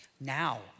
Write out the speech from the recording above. now